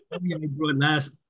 last